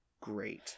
great